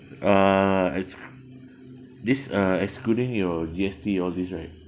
uh exc~ this uh excluding your G_S_T all these right